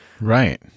Right